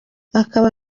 akaba